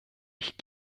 ich